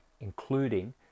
including